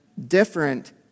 different